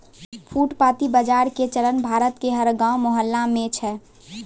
फुटपाती बाजार के चलन भारत के हर गांव मुहल्ला मॅ छै